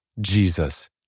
Jesus